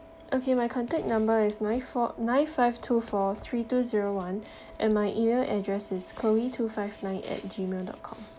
okay my contact number is nine four nine five two four three two zero one and my email address is chloe two five nine at Gmail dot com